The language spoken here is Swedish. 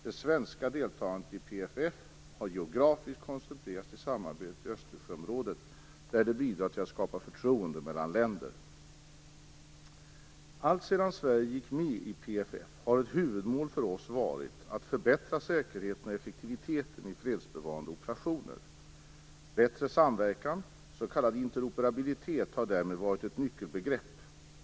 Det svenska deltagandet i PFF har geografiskt koncentrerats till samarbetet i Östersjöområdet, där det bidrar till att skapa förtroende mellan länder. Alltsedan Sverige gick med i PFF har ett huvudmål för oss varit att förbättra säkerheten och effektiviteten i fredsbevarande operationer. Bättre samverkan, s.k. interoperabilitet, har därmed varit ett nyckelbegrepp.